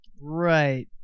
right